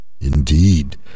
Indeed